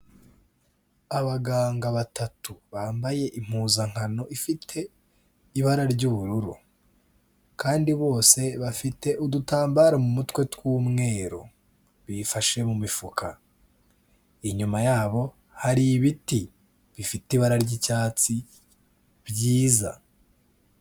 Abaganga batatu bambaye impuzankano ifite ibara ry'ubururu kandi bose bafite udutambaro mu mutwe tw'umweru, bifashe mu mifuka, inyuma yabo hari ibiti bifite ibara ry'icyatsi byiza.